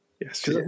yes